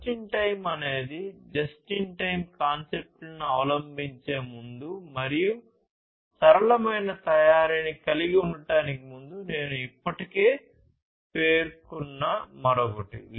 just in time అనేది just in time కాన్సెప్ట్లను అవలంబించే ముందు మరియు సరళమైన తయారీని కలిగి ఉండటానికి ముందు నేను ఇప్పటికే పేర్కొన్న మరొకటి